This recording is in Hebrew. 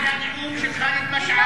זה לא הכסף שלכם.